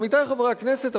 עמיתי חברי הכנסת,